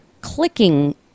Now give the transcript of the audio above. clicking